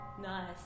Nice